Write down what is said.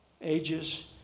ages